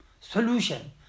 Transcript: solution